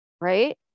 Right